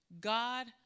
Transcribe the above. God